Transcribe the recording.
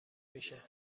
میشه